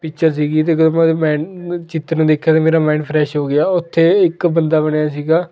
picture ਸੀਗੀ ਅਤੇ ਮੈਂ ਚਿੱਤਰ ਨੂੰ ਦੇਖਿਆ ਅਤੇ ਮੇਰਾ ਮਾਇਡ ਫਰੈਸ਼ ਹੋ ਗਿਆ ਉੱਥੇ ਇੱਕ ਬੰਦਾ ਬਣਿਆ ਸੀਗਾ